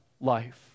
life